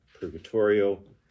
purgatorial